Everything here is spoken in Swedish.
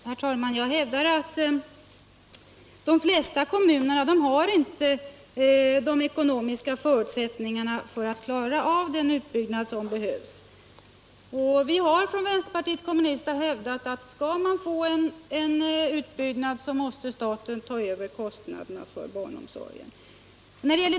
Herr talman! Jag hävdar att de flesta kommuner inte har de ekonomiska förutsättningarna för att klara av den utbyggnad som behövs. Vi har från vänsterpartiet kommunisterna hävdat att det för att en utbyggnad skall komma till stånd krävs att staten tar över kostnaderna för barnomsorgen.